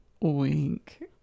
Wink